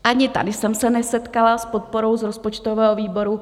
Ani tady jsem se nesetkala s podporou z rozpočtového výboru.